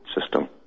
system